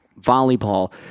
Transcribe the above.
volleyball